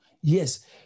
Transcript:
Yes